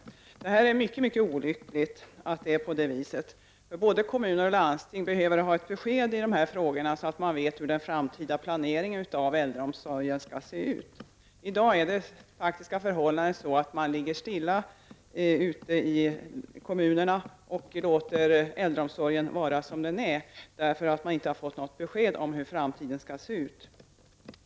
Det är mycket olyckligt att det är på det här viset, för både kommuner och landsting behöver ha besked i dessa frågor så att de vet hur den framtida planeringen skall se ut. I dag är det faktiska förhållandet att kommunerna avvaktar och låter äldreomsorgen vara som den är, därför att de inte har fått något besked om hur framtiden skall te sig.